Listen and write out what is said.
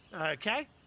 Okay